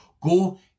Go